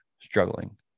struggling